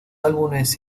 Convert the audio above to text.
álbumes